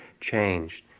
changed